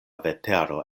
vetero